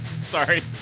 Sorry